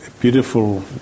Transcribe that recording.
beautiful